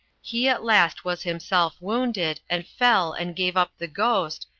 he at last was himself wounded, and fell and gave up the ghost,